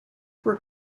were